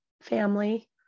family